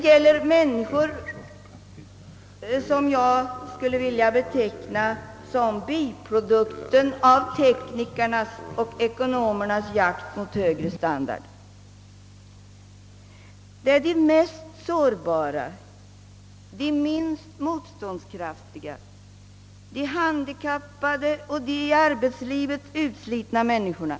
Dessa människor skulle jag vilja beteckna som biprodukten av teknikernas och ekonomernas jakt mot högre standard. Det är de mest sårbara, de minst motståndskraftiga, de handikappade och de i arbetslivet utslitna människorna.